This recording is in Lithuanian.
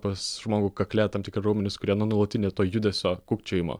pas žmogų kakle tam tikri raumenys kurie nuo nuolatinio to judesio kūkčiojimo